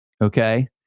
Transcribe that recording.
Okay